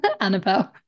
Annabelle